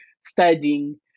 studying